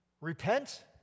Repent